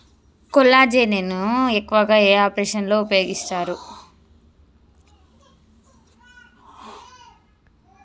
కొల్లాజెజేని ను ఎక్కువగా ఏ ఆపరేషన్లలో ఉపయోగిస్తారు?